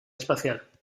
espacial